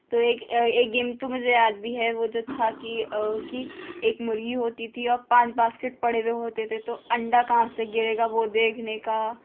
تو ایک ایک گیم تو مجھے یاد بھی ہے وہ جو تھا کہ کہ ایک مرغی ہوتی تھی اور پانچ باسکٹ پڑے ہوئے ہوتے تھے تو انڈا کہاں سے گرے گا وہ دیکھنے کا